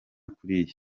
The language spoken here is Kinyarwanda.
kuriya